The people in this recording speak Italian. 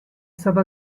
stata